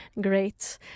great